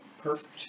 Perfect